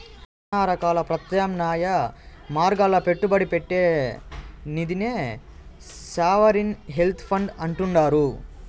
శానా రకాల ప్రత్యామ్నాయ మార్గాల్ల పెట్టుబడి పెట్టే నిదినే సావరిన్ వెల్త్ ఫండ్ అంటుండారు